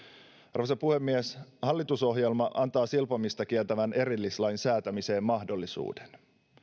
arvoisa puhemies hallitusohjelma antaa silpomista kieltävän erillislain säätämiseen mahdollisuuden